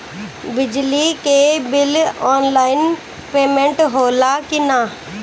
बिजली के bill online payment होला कि ना?